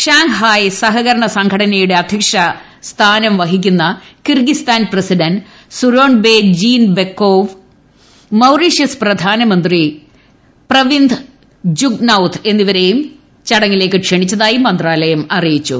Shanghai സഹകരണ സംഘടനയുടെ അധ്യക്ഷ സ്ഥാനം വഹിക്കുന്ന Kyrgyzstan president Sooronbay Jeenbekov Mauritius പ്രധാനമന്ത്രി പ്രവിന്ത് ജുഗ്നൌത്ത് എന്നിവരെയും ചടങ്ങിലേക്ക് ക്ഷണിച്ചതായി മന്ത്രാലയം അറിയിച്ചു